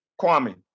Kwame